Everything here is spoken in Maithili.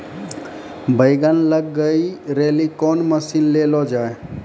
बैंगन लग गई रैली कौन मसीन ले लो जाए?